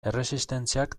erresistentziak